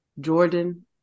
Jordan